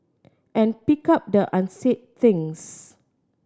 and pick up the unsaid things